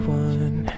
one